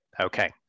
Okay